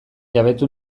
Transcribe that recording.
jabetu